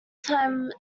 time